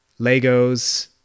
Legos